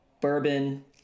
bourbon